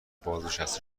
بازنشسته